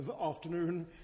afternoon